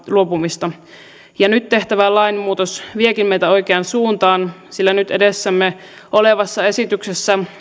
luopumista nyt tehtävä lainmuutos viekin meitä oikeaan suuntaan sillä nyt edessämme olevassa esityksessä